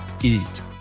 eat